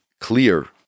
clear